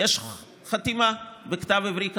יש חתימה בכתב עברי קדום.